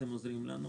אתם עוזרים לנו,